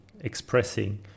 expressing